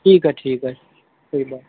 ٹھیک ہے ٹھیک ہے کوئی بات